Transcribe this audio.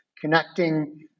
connecting